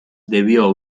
debió